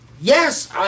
Yes